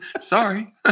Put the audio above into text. Sorry